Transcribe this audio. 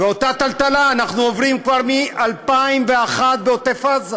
ואותה טלטלה אנחנו עוברים כבר מ-2001 בעוטף עזה,